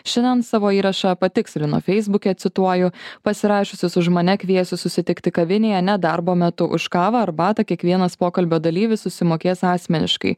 šiandien savo įrašą patikslino feisbuke cituoju pasirašiusius už mane kviesti susitikti kavinėje ne darbo metu už kavą arbatą kiekvienas pokalbio dalyvis susimokės asmeniškai